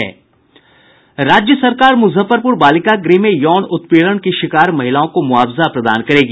राज्य सरकार मुजफ्फरपुर बालिका गृह में यौन उत्पीड़न की शिकार महिलाओं को मुआवज़ा प्रदान करेगी